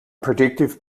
predictive